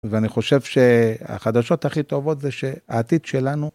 ואני חושב שהחדשות הכי טובות זה שהעתיד שלנו